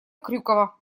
крюкова